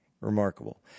Remarkable